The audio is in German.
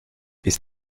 ist